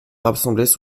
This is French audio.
rassemblaient